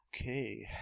Okay